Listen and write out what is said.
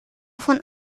von